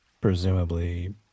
Presumably